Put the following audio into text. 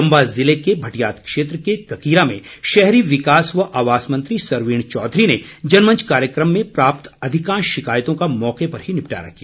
चंबा ज़िले के भटियात क्षेत्र के ककीरा में शहरी विकास व आवास मंत्री सरवीण चौधरी ने जनमंच कार्यक्रम में प्राप्त अधिकांश शिकायतों का मौके पर ही निपटारा किया